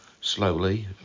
slowly